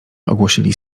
ogłosili